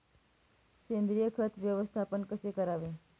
सेंद्रिय खत व्यवस्थापन कसे करावे?